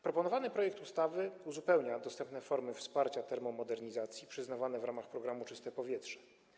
Proponowany projekt ustawy uzupełnia dostępne formy wsparcia termomodernizacji przyznawane w ramach programu „Czyste powietrze”